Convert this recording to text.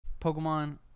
Pokemon